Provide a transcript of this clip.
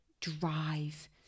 drive